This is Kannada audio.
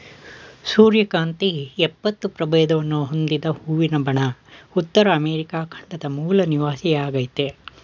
ಸೂರ್ಯಕಾಂತಿ ಎಪ್ಪತ್ತು ಪ್ರಭೇದವನ್ನು ಹೊಂದಿದ ಹೂವಿನ ಬಣ ಉತ್ತರ ಅಮೆರಿಕ ಖಂಡದ ಮೂಲ ನಿವಾಸಿಯಾಗಯ್ತೆ